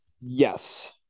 Yes